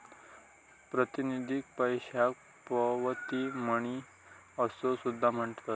प्रातिनिधिक पैशाक पावती मनी असो सुद्धा म्हणतत